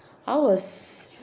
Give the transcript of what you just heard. how was